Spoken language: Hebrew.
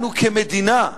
לנו כמדינה,